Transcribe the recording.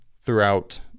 throughout